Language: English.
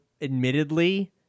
admittedly